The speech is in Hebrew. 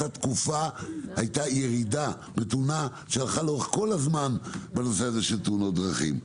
אותה תקופה היתה ירידה מתונה שהלכה לאורך כל הזמן בנושא תאונות דרכים.